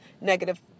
negative